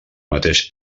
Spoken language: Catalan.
mateix